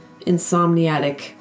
insomniatic